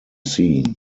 seen